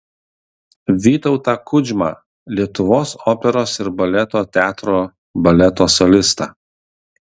vytautą kudžmą lietuvos operos ir baleto teatro baleto solistą